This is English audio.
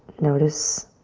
notice